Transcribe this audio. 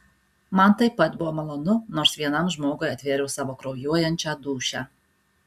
man taip pat buvo malonu nors vienam žmogui atvėriau savo kraujuojančią dūšią